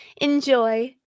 enjoy